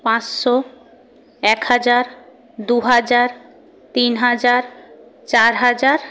পাঁচশো এক হাজার দুহাজার তিন হাজার চার হাজার